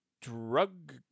drug